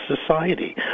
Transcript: society